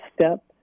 step